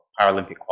Paralympic